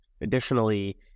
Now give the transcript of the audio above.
Additionally